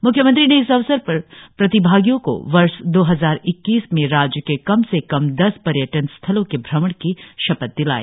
मुख्यमंत्री ने इस अवसर प्रतिभागियो को वर्ष दो हजार इक्कीस में राज्य के कम से कम दस पर्यटन स्थलो के भ्रमण की शपथ दिलाई